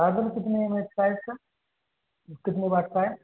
charger कितने M H का है इसका कितने वाट का है